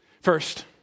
First